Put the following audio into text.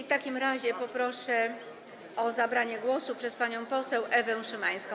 W takim razie poproszę o zabranie głosu panią poseł Ewę Szymańską.